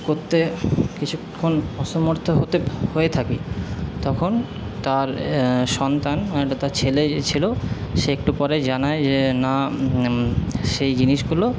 করতে কিছুক্ষণ অসমর্থ হয়ে থাকি তখন তার সন্তান মানেটা তার ছেলে যে ছিল সে একটু পরে জানায় যে না সেই জিনিসগুলো